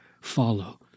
follow